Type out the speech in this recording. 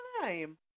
time